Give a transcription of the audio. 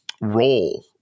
role